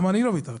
גם אני לא ויתרתי.